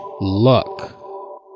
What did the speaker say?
luck